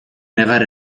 negar